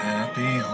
Happy